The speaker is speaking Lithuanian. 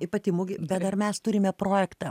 i pati mugė bet dar mes turime projektą